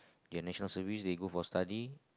their National Service they go for study